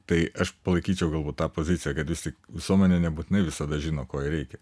tai aš palaikyčiau galbūt tą poziciją kad vis tik visuomenė nebūtinai visada žino ko jai reikia